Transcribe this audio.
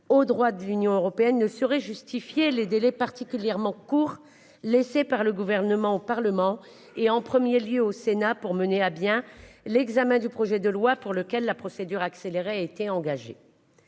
au droit de l'Union européenne ne saurait justifier les délais particulièrement courts laissés par le gouvernement au Parlement et en 1er lieu au Sénat pour mener à bien l'examen du projet de loi pour lequel la procédure accélérée été engagée.